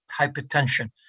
hypertension